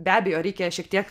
be abejo reikia šiek tiek